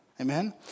amen